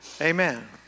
Amen